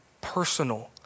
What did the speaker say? personal